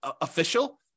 official